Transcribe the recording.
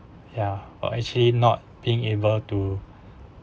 ya or actually not being able to